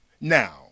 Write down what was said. Now